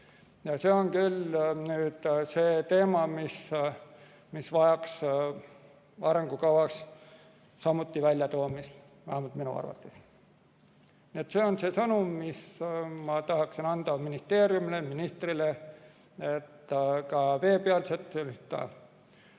See on küll selline teema, mis vajaks arengukavas väljatoomist, vähemalt minu arvates. See ongi see sõnum, mis ma tahtsin anda ministeeriumile, ministrile, et ka veepealset